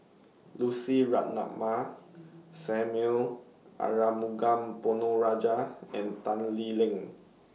Lucy Ratnammah Samuel Arumugam Ponnu Rajah and Tan Lee Leng